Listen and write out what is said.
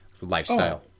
lifestyle